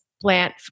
plant